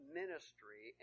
ministry